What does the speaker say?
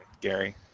Gary